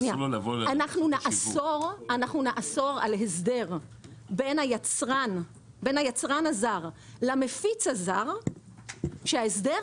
אנחנו נאסור על הסדר בין היצרן הזר למפיץ הזר שבמסגרת ההסדר